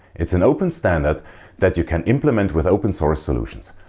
it's an open standard that you can implement with open source solutions.